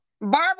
Barbara